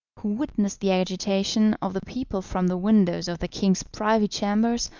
who witnessed the agitation of the people from the windows of the king's privy chambers,